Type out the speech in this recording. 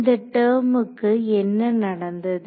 இந்த டெர்ம்க்கு என்ன நடந்தது